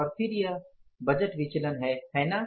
और फिर बजट विचलन है है ना